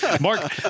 Mark